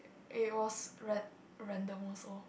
it was ran~ random also